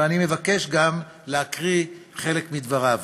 וגם אני מבקש להקריא חלק מדבריו: